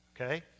okay